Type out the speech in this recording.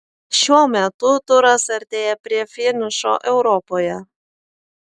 šiuo metu turas artėja prie finišo europoje